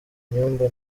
inyumba